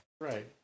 Right